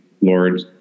Lord